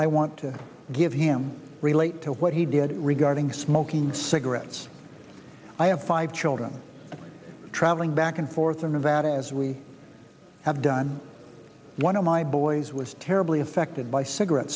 i want to give him relate to what he did regarding smoking cigarettes i have five children traveling back and forth in nevada as we have done one of my boys was terribly affected by cigarette